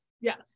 Yes